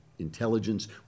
intelligence